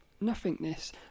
nothingness